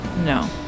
No